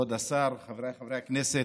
כבוד השר, חבריי חברי הכנסת,